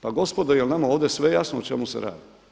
Pa gospodo jel nama ovdje sve jasno o čemu se radi?